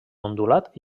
ondulat